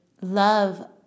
love